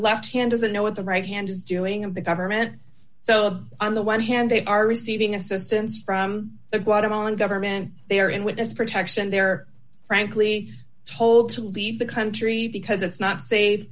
left hand doesn't know what the right hand is doing of the government so on the one hand they are receiving assistance from the guatemalan government they are in witness protection they are frankly told to leave the country because it's not safe